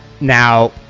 Now